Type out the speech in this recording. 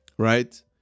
Right